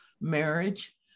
marriage